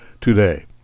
today